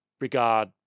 regard